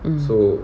um